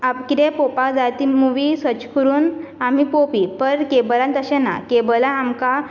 कितें पळोवपाक जाय ती मुवी सर्च करून आमी पळोवपी पर केबलान तशें ना केबलान आमकां